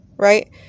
Right